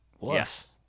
yes